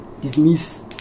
dismiss